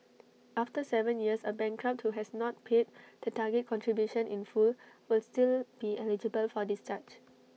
after Seven years A bankrupt who has not paid the target contribution in full will still be eligible for discharge